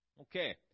Okay